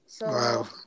Wow